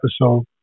episode